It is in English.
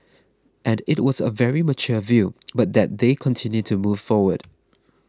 and it was a very mature view but that they continue to move forward